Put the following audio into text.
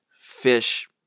fish-